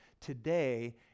Today